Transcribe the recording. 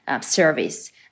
service